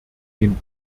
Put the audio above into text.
den